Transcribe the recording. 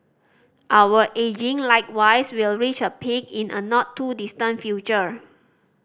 our ageing likewise will reach a peak in a not too distant future